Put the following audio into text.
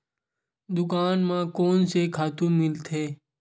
दुकान म कोन से खातु मिलथे?